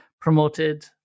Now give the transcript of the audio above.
promoted